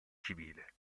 civile